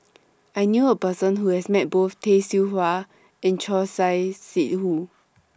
I knew A Person Who has Met Both Tay Seow Huah and Choor Singh Sidhu